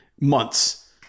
months